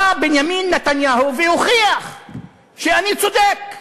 בא בנימין נתניהו והוכיח שאני צודק.